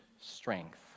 strength